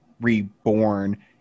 reborn